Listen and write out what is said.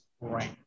Right